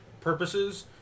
purposes